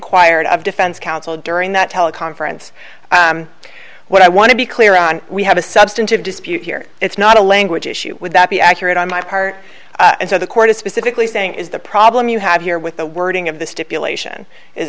d of defense counsel during that teleconference what i want to be clear on we have a substantive dispute here it's not a language issue would that be accurate on my part and so the court is specifically saying is the problem you have here with the wording of the stipulation is